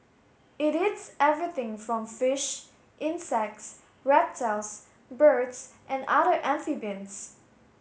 it eats everything from fish insects reptiles birds and other amphibians